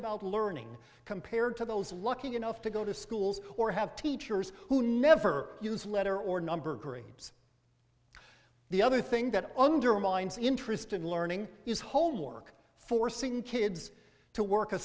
about learning compared to those lucky enough to go to schools or have teachers who never use letter or number grades the other thing that undermines interest in learning is whole work forcing kids to work a